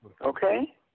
Okay